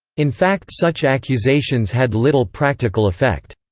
in fact such accusations had little practical effect.